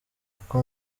uko